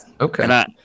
okay